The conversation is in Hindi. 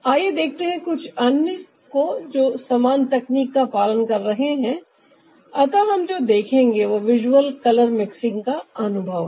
आइए देखते हैं कुछ अन्य को जो समान तकनीक का पालन कर रहे हैं अतः जो हम देखेंगे वह विजुअल कलर मिक्सिंग का अनुभव है